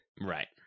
right